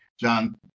John